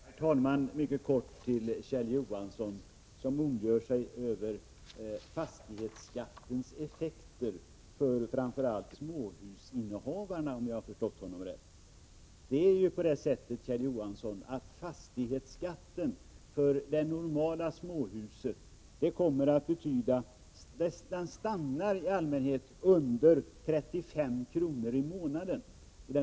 Herr talman! Kjell Johansson ondgör sig över fastighetsskattens effekter för framför allt småhusinnehavarna, om jag har förstått honom rätt. Men fastighetsskatten för det normala småhuset stannar i allmänhet under 35 kr. i månaden.